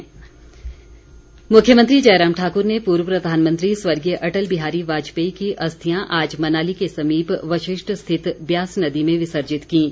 अस्थि विसर्जन मुख्यमंत्री जयराम ठाकुर ने पूर्व प्रधानमंत्री स्वर्गीय अटल बिहारी वाजपेयी की अस्थियां आज मनाली के समीप वशिष्ट स्थित ब्यास नदी में विसर्जित कीं